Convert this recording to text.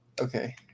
okay